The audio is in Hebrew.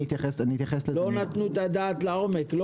לא נתנו את הדעת לעומק,